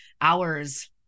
hours